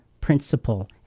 principle